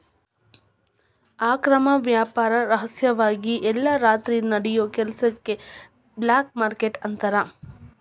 ಅಕ್ರಮ ವ್ಯಾಪಾರ ರಹಸ್ಯವಾಗಿ ಎಲ್ಲಾ ರಾತ್ರಿ ನಡಿಯೋ ಕೆಲಸಕ್ಕ ಬ್ಲ್ಯಾಕ್ ಮಾರ್ಕೇಟ್ ಅಂತಾರ